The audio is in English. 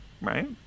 right